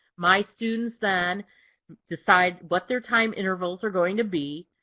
my students then decide what their time intervals are going to be.